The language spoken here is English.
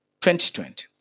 2020